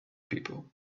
people